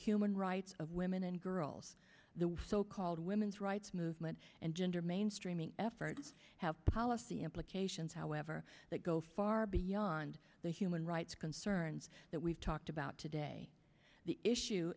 human rights of women and girls the so called women's rights movement and gender mainstreaming effort have policy implications however that go far beyond the human rights concerns that we've talked about today the issue